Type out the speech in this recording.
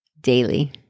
daily